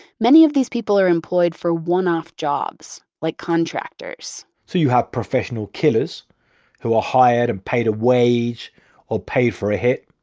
many of these people are employed for one-off jobs, like contractors so you have professional killers who are ah hired and paid a wage or paid for a hit.